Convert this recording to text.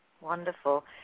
Wonderful